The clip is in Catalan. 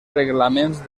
reglaments